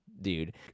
dude